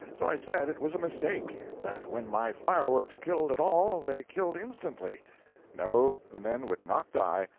so i said it was a mistake that when my fireworks killed at all, they killed instantly no, the men would not die,